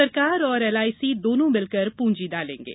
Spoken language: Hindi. सरकार और एलआईसी दोनों मिलकर प्रंजी डालेंगे